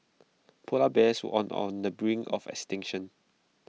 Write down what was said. Polar Bears on on the brink of extinction